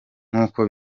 nkuko